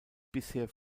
bisher